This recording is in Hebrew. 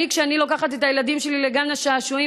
כשאני לוקחת את הילדים שלי לגן השעשועים,